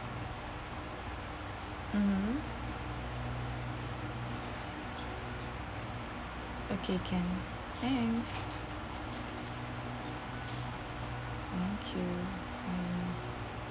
mmhmm okay can thanks okay